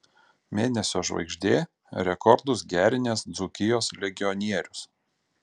mėnesio žvaigždė rekordus gerinęs dzūkijos legionierius